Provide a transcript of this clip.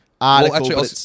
article